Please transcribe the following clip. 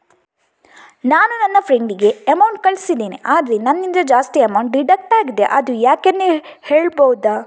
ನಾನು ನನ್ನ ಫ್ರೆಂಡ್ ಗೆ ಅಮೌಂಟ್ ಕಳ್ಸಿದ್ದೇನೆ ಆದ್ರೆ ನನ್ನಿಂದ ಜಾಸ್ತಿ ಅಮೌಂಟ್ ಡಿಡಕ್ಟ್ ಆಗಿದೆ ಅದು ಯಾಕೆಂದು ಹೇಳ್ಬಹುದಾ?